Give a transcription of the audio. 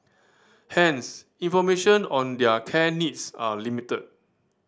hence information on their care needs are limited